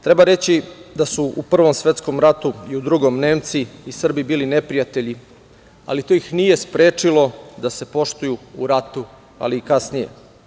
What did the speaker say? Treba reći da su u Prvom i Drugom svetskom ratu Nemci i Srbi bili neprijatelji, ali to ih nije sprečilo da se poštuju u ratu, ali i kasnije.